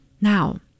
Now